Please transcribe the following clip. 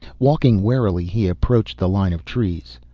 walking warily he approached the line of trees.